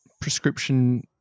prescription